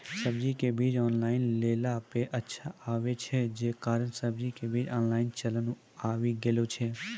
सब्जी के बीज ऑनलाइन लेला पे अच्छा आवे छै, जे कारण सब्जी के बीज ऑनलाइन चलन आवी गेलौ छै?